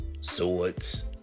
swords